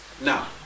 Now